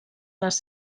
les